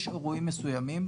יש אירועים מסוימים,